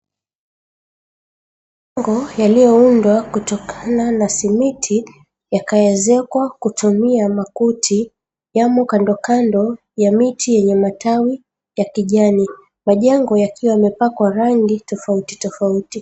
Majengo yaliyoundwa kutokana na simiti yakaezekwa kutumia makuti yamo kando kando ya miti yenye matawi ya kijani majengo yakiwa yamepakwa rangi tofauti tofauti.